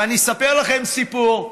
ואני אספר לכם סיפור.